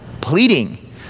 pleading